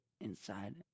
inside